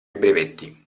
brevetti